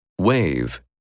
Wave